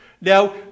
Now